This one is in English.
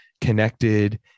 connected